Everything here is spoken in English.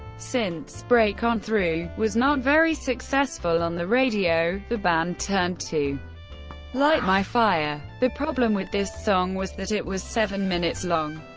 since break on through was not very successful on the radio, the band turned to light my fire. the problem with this song was that it was seven minutes long,